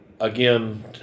again